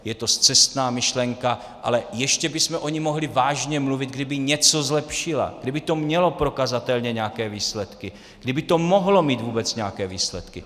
Je to scestná myšlenka, ale ještě bychom o ní mohli vážně mluvit, kdyby něco zlepšila, kdyby to mělo prokazatelně nějaké výsledky, kdyby to mohlo mít vůbec nějaké výsledky.